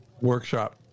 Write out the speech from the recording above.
Workshop